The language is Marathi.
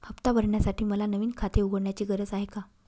हफ्ता भरण्यासाठी मला नवीन खाते उघडण्याची गरज आहे का?